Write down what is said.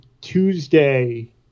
Tuesday